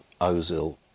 Ozil